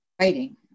writing